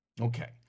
Okay